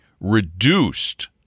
reduced